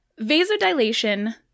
Vasodilation